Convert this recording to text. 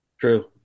True